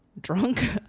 drunk